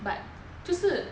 but 就是